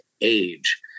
age